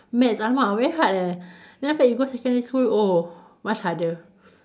maths !alamak! very hard leh then after that you go secondary school oh much harder